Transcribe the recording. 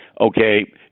Okay